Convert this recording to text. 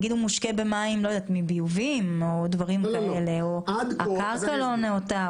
נגיד שהוא מושקה ממי ביוב או שהקרקע לא נאותה,